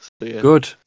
Good